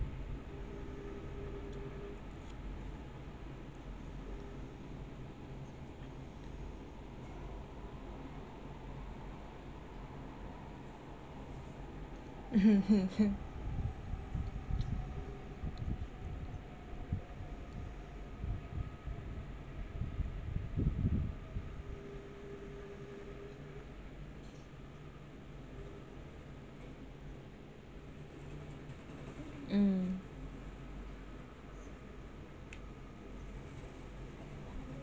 mm